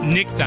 Nick